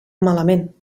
malament